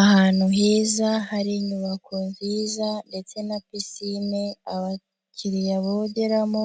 Ahantu heza hari inyubako nziza ndetse na pisine abakiriya bogeramo